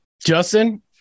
Justin